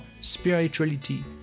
spirituality